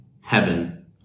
heaven